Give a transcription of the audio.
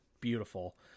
beautiful